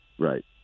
Right